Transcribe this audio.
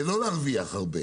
ולא להרוויח הרבה,